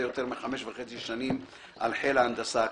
יותר מחמש וחצי שנים על חיל ההנדסה הקרבית,